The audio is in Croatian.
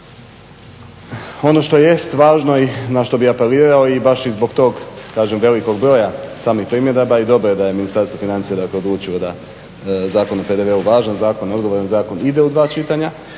Ono što jest važno i na što bi apelirao i baš i zbog tog kažem velikog broja samih primjedaba i dobro je da je Ministarstvo financija dakle odlučilo da je Zakon o PDV-u važan zakon, odgovoran zakon. Ide u dva čitanja,